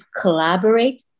collaborate